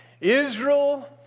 Israel